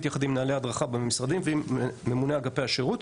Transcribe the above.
יחד עם מנהלי הדרכה במשרדים ועם ממונה אגפי השירות,